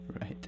right